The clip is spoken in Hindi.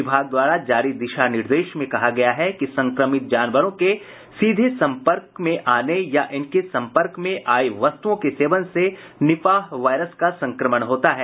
विभाग द्वारा जारी दिशा निर्देश मे कहा गया है कि संक्रमित जानवरों के सीधे संपर्क के आने या इनके संपर्क में आयी वस्तुओं के सेवन से निपाह वायरस का संकमण होता है